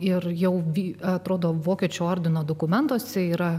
ir jau vien atrodo vokiečių ordino dokumentuose yra